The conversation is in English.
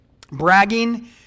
Bragging